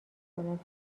کند